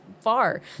far